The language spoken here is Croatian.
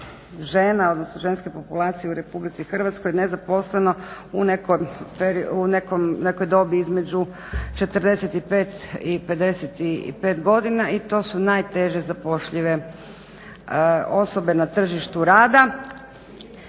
žena, odnosno žene populacije u Republici Hrvatskoj nezaposleno u nekoj dobi između 45 i 55 godina i to su najteže zapošljive osobe na tržištu rada.